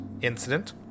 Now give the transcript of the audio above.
incident